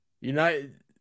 United